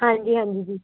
ਹਾਂਜੀ ਹਾਂਜੀ ਜੀ